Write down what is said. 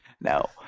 No